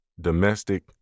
domestic